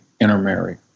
intermarry